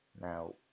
Now